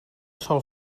sol